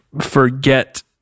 forget